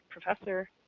Professor